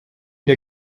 der